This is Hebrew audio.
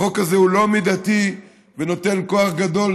החוק הזה הוא לא מידתי ונותן כוח גדול,